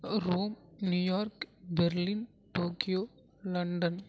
Rome New York Berlin Tokyo London